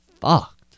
fucked